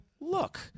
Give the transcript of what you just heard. look